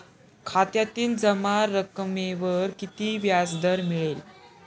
खात्यातील जमा रकमेवर किती व्याजदर मिळेल?